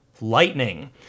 LIGHTNING